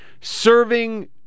serving